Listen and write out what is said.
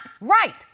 right